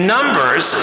Numbers